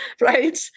Right